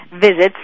visits